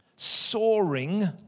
soaring